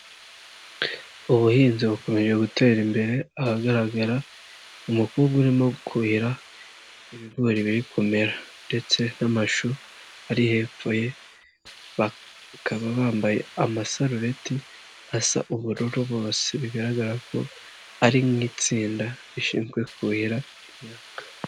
Ubuhinzi bukomeje gutera imbere ahagaragara umukobwa urimo kuhira ibigori biri kumera ndetse n'amashu ari hepfo ye, bakaba bambaye amasarubeti asa ubururu bose bigaragara ko ari nk'itsinda rishinzwe kuhira imyaka.